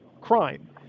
crime